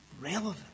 relevant